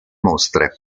mostre